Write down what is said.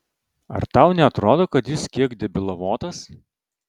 ar tau neatrodo kad jis kiek debilavotas